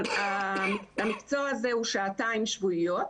המקצוע הזה הוא שעתיים שבועיות,